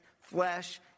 flesh